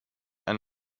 and